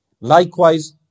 Likewise